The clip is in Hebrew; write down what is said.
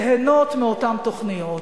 ליהנות מאותן תוכניות.